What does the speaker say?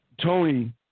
Tony